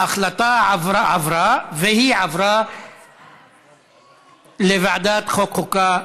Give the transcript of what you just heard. ההצעה עברה, והיא תועבר לוועדת החוקה,